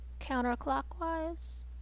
counterclockwise